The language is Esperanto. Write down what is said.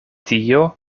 tio